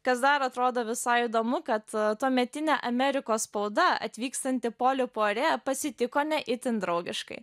kas dar atrodo visai įdomu kad tuometinė amerikos spauda atvykstantį polį puare pasitiko ne itin draugiškai